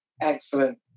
Excellent